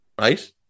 Right